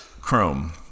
Chrome